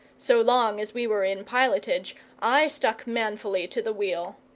so long as we were in pilotage i stuck manfully to the wheel.